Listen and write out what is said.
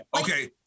okay